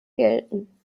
gelten